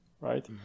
right